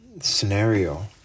scenario